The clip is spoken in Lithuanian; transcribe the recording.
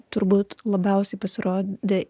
turbūt labiausiai pasirodė